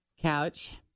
Couch